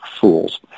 fools